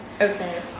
Okay